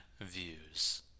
views